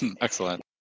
Excellent